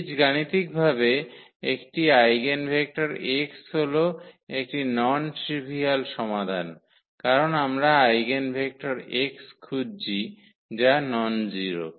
বীজগণিতভাবে একটি eigenvector x হল একটি নন ট্রিভিয়াল সমাধান কারণ আমরা আইগেনভেক্টর x খুঁজছি যা ননজিরো